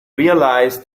realise